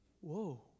Whoa